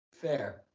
Fair